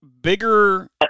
Bigger